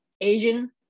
Asian